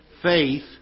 Faith